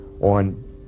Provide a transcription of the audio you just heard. on